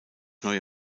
neue